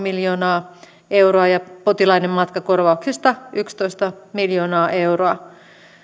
miljoonaa euroa ja potilaiden matkakorvauksista yksitoista miljoonaa euroa